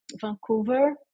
Vancouver